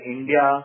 India